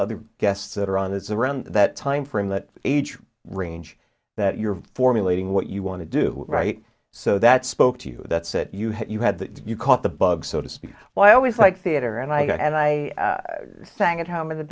of the guests that are on it's around that time from that age range that you're formulating what you want to do right so that spoke to you that's it you had you had the you caught the bug so to speak well i always like theater and i and i sang at home in the